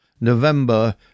November